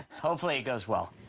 hopefully it goes well.